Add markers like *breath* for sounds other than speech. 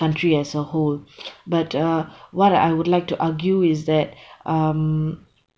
country as a whole but uh what I would like to argue is that *breath* um